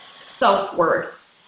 self-worth